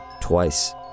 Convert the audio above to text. twice